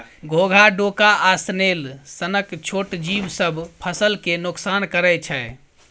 घोघा, डोका आ स्नेल सनक छोट जीब सब फसल केँ नोकसान करय छै